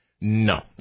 No